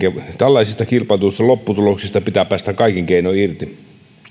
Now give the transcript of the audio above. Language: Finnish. tällaisista kilpailutuksen lopputuloksista pitää päästä kaikin keinoin irti